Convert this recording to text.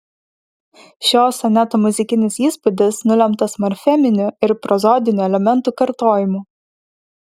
šio soneto muzikinis įspūdis nulemtas morfeminių ir prozodinių elementų kartojimu